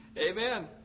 Amen